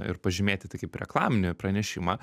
ir pažymėti tai kaip reklaminį pranešimą